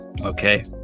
Okay